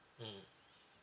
mmhmm